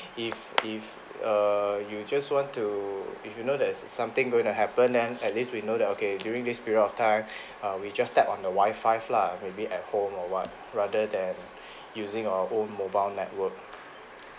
if if err you just want to if you know there's something going to happen then at least we know that okay during this period of time err we just tap on the wifi lah maybe at home or what rather than using our own mobile network